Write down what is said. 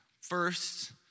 First